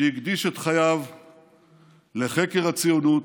שהקדיש את חייו לחקר הציונות,